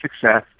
success